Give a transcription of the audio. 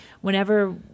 whenever